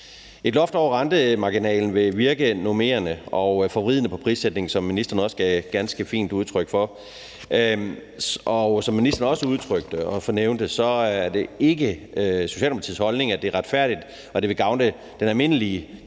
Et loft over rentemarginalen vil virke normerende og forvridende på prissætningen, som ministeren også ganske fint gav udtryk for, og som ministeren også nævnte, er det ikke Socialdemokratiets holdning, at det er retfærdigt, og at det vil gavne den almindelige kunde